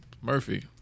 Murphy